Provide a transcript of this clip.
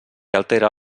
altera